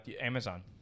Amazon